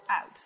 out